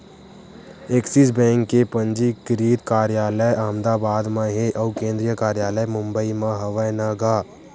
Axis bank के पंजीकृत कारयालय अहमदाबाद म हे अउ केंद्रीय कारयालय मुबई म हवय न गा